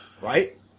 Right